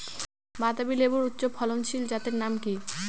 বাতাবি লেবুর উচ্চ ফলনশীল জাতের নাম কি?